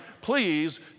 Please